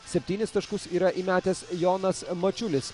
septynis taškus yra įmetęs jonas mačiulis